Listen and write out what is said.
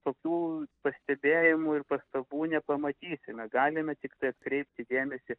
tokių pastebėjimų ir pastabų nepamatysime galime tiktai atkreipti dėmesį